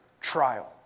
trial